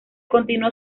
continuó